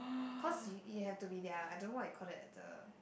cause you you have to be there I don't know what you call that the